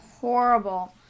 horrible